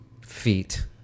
Feet